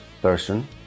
person